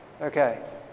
Okay